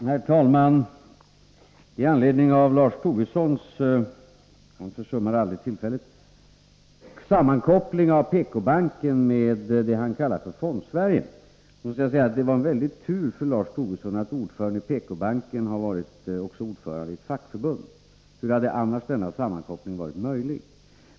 Herr talman! Med anledning av Lars Tobissons sammankoppling av PK-banken med det som han kallar för Fondsverige — han försummar aldrig tillfället att knyta an till löntagarfondsfrågan — måste jag säga att det var tur för Lars Tobisson att ordföranden i PK-banken också har varit ordförande i ett fackförbund. Hur hade annars denna sammankoppling varit möjlig?